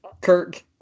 Kirk